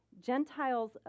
Gentiles